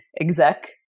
exec